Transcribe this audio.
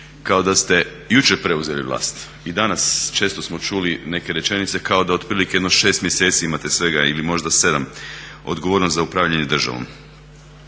kao da ste jučer preuzeli vlast. I danas često smo čuli neke rečenice kao da otprilike jedno 6 mjeseci imate svega ili možda 7 odgovornost za upravljanje državom.